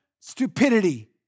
stupidity